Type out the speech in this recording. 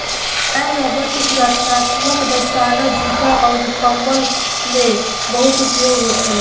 मुलायम रबड़ के सुरक्षात्मक दस्ताना, जूता अउर कंबल में बहुत उपयोग होखेला